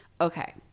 okay